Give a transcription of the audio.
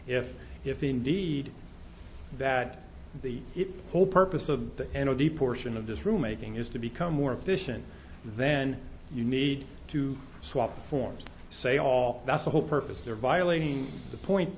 if if indeed that the whole purpose of the end of the portion of this room making is to become more efficient then you need to swap the forms say all that's the whole purpose they're violating the point